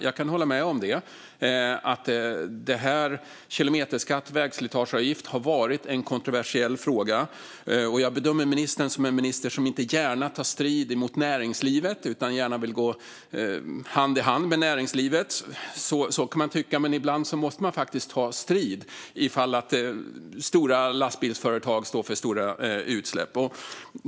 Jag kan hålla med om att en kilometerskatt - vägslitageavgift - har varit en kontroversiell fråga. Och jag bedömer ministern som en minister som inte gärna tar strid mot näringslivet utan som gärna vill gå hand i hand med näringslivet. Så kan man tycka. Men ibland måste man faktiskt ta strid ifall stora lastbilsföretag står för stora utsläpp.